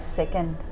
second